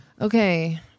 Okay